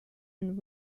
and